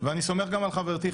ואני גם סומך על חברתי,